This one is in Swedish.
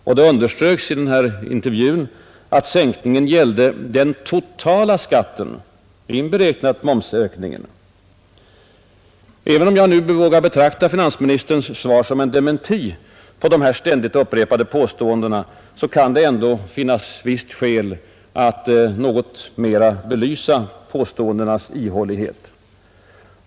I intervjun underströks att sänkningen gällde den totala skatten, inberäknat momsökningen. Även om jag nu vågar betrakta finansministerns svar som en dementi på dessa ständigt upprepade påståenden kan det finnas visst skäl att något mera belysa påståendenas ihålighet.